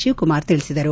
ಶಿವಕುಮಾರ್ ತಿಳಿಸಿದರು